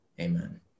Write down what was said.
Amen